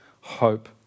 hope